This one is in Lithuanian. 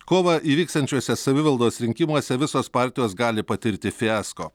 kovą įvyksiančiuose savivaldos rinkimuose visos partijos gali patirti fiasko